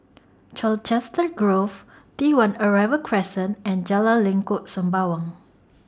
Colchester Grove T one Arrival Crescent and Jalan Lengkok Sembawang